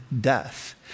death